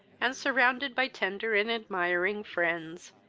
and surrounded by tender and admiring friends,